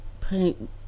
paint